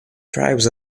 tribes